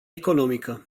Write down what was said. economică